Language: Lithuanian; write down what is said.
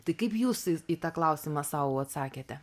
tai kaip jūs į tą klausimą sau atsakėte